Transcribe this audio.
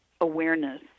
awareness